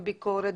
בביקורת,